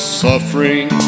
suffering